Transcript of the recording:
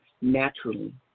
naturally